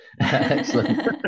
Excellent